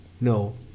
No